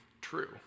true